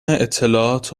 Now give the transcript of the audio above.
اطلاعات